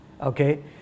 okay